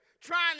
trying